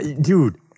Dude